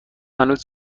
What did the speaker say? هنوز